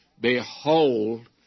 Behold